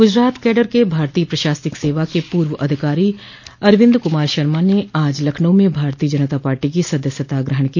Gujarat cadre के भारतीय प्रशासनिक सेवा के पूर्व अधिकारी अरविन्द कुमार शर्मा ने आज लखनऊ में भारतीय जनता पार्टी की सदस्यता ग्रहण की